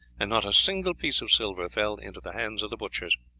and not a single piece of silver fell into the hands of the butchers.